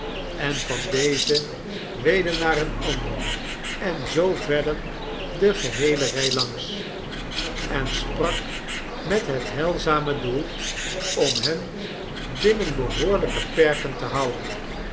en van dezen weder naar een ander en zoo verder de geheele rij langs en sprak met het heilzame doe'l om hen binnen behoorlijke perken tehouden